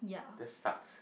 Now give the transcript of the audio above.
that's sucks